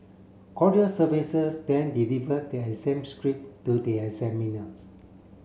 courier services then deliver the exam script to the examiners